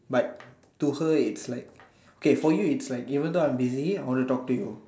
but to her it's like okay for you it's like even though I'm busy I want to talk to you